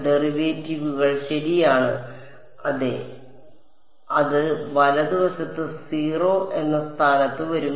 ഡെറിവേറ്റീവുകൾ ശരിയാണ് അതെ അത് വലതുവശത്ത് 0 എന്ന സ്ഥാനത്ത് വരും